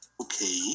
okay